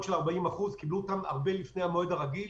של 40%. קיבלו אותן הרבה לפני המועד הרגיל,